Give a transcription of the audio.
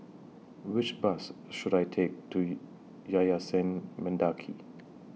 Which Bus should I Take to Yayasan Mendaki